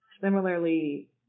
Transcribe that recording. Similarly